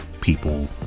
People